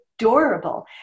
adorable